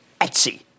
Etsy